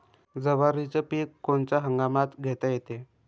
जवारीचं पीक कोनच्या हंगामात घेता येते?